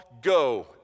go